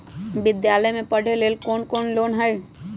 विद्यालय में पढ़े लेल कौनो लोन हई?